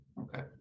Okay